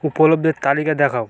উপলব্ধের তালিকা দেখাও